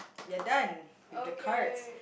we're done with the cards